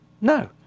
No